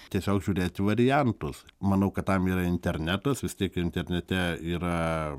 tiesiog žiūrėti variantus manau kad tam yra internetas vis tiek internete yra